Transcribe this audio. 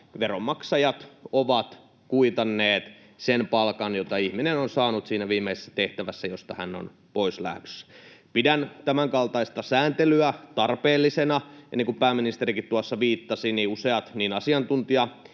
veronmaksajat ovat kuitanneet sen palkan, jota ihminen on saanut siinä viimeisessä tehtävässä, josta hän on pois lähdössä. Pidän tämänkaltaista sääntelyä tarpeellisena, ja niin kuin pääministerikin viittasi, niin useat asiantuntijaelimet